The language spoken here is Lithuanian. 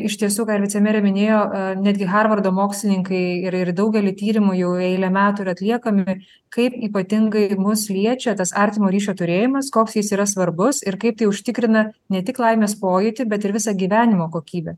iš tiesų ką ir vicemerė minėjo netgi harvardo mokslininkai ir ir daugelį tyrimų jau eilę metų yra atliekami kaip ypatingai mus liečia tas artimo ryšio turėjimas koks jis yra svarbus ir kaip tai užtikrina ne tik laimės pojūtį bet ir visą gyvenimo kokybę